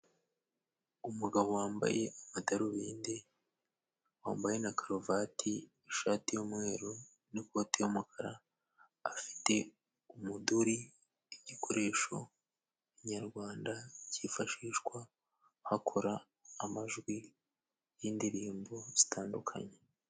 Umugabo wambaye amadarubindi wambaye na karuvati, ishati y'umweru n'ikoti y'umukara, afite umuduri igikoresho nyarwanda cyifashishwa akora amajwi y'indirimbo zitandukanye.